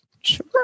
Sure